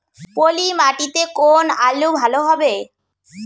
পলি মাটিতে কোন আলু ভালো হবে?